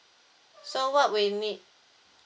so what we need